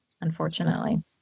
unfortunately